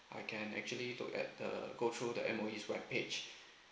I can actually look at the go through the M_O_E web page